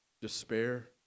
despair